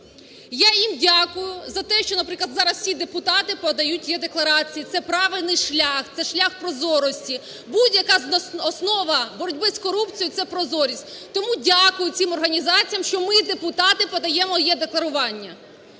Я їм дякую за те, що, наприклад, зараз всі депутати подають е-декларації. Це правильний шлях, це шлях прозорості. Будь-яка основа боротьби з корупцією – це прозорість. Тому дякую цим організаціям, що ми, депутати, подаємо е-декларування.